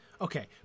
Okay